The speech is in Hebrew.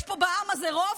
יש פה בעם הזה רוב,